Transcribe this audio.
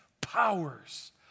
powers